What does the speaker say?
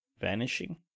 vanishing